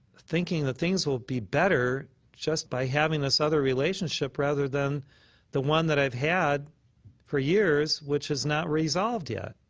thinking that things will be better just by having this other relationship rather than the one that i've had for years which is not resolved yet?